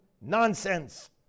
Nonsense